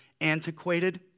antiquated